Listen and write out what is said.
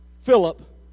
Philip